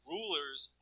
Rulers